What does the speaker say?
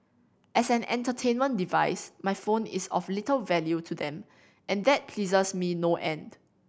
as an entertainment device my phone is of little value to them and that pleases me no end